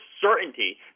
certainty